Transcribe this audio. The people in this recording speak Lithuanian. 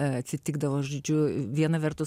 atsitikdavo žodžiu viena vertus